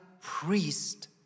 priest